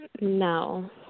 No